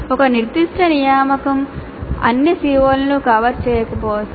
ఒక నిర్దిష్ట నియామకం అన్ని CO లను కవర్ చేయకపోవచ్చు